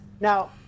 Now